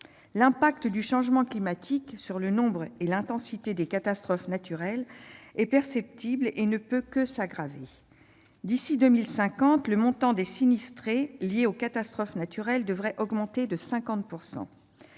L'impact du changement climatique sur le nombre et l'intensité des catastrophes naturelles est perceptible et ne peut que s'aggraver. D'ici à 2050, le coût des sinistres liés aux catastrophes naturelles devrait augmenter de 50 %.